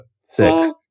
six